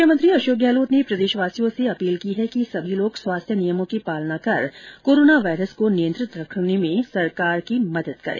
मुख्यमंत्री अशोक गहलोत ने प्रदेशवासियों से अपील की है कि सभी लोग स्वास्थ्य नियमों की पालना कर कोरोना वायरस को नियंत्रित रखने में सरकार की मदद करें